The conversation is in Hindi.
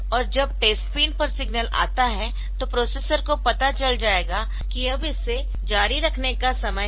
और जब टेस्ट पिन पर सिग्नल आता है तो प्रोसेसर को पता चल जाएगा कि अब इसे जारी रखने का समय है